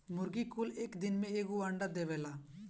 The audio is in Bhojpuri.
मुर्गी कुल एक दिन में एगो अंडा देवेला